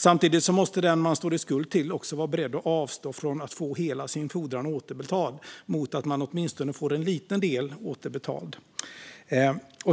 Samtidigt måste den som man står i skuld till också vara beredd att avstå från att få hela sin fordran återbetald mot att åtminstone få en liten del återbetald.